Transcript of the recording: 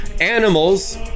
animals